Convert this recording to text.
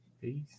Peace